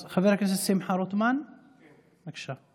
אז חבר הכנסת שמחה רוטמן, בבקשה.